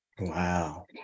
Wow